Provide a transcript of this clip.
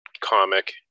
comic